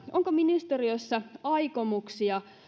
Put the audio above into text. onko ministeriössä aikomuksia